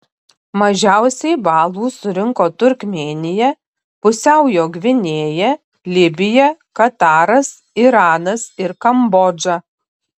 mažiausiai balų surinko turkmėnija pusiaujo gvinėja libija kataras iranas ir kambodža